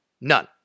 None